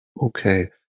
Okay